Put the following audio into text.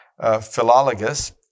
Philologus